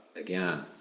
Again